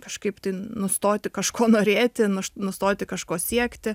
kažkaip nustoti kažko norėti nustoti kažko siekti